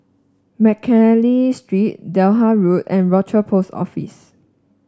McNally Street Delta Road and Rochor Post Office